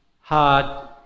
hard